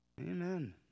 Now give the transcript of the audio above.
Amen